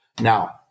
now